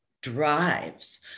drives